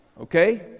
okay